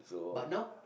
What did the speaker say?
but now